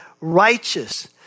righteous